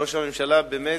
ראש הממשלה באמת,